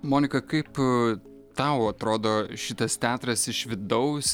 monika kaip tau atrodo šitas teatras iš vidaus